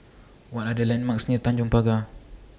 What Are The landmarks near Tanjong Pagar